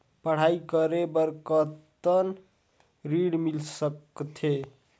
पढ़ाई करे बार कितन ऋण मिल सकथे?